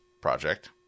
project